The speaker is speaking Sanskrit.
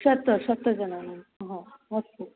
शतं शतं जनानां हा अस्तु